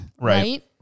right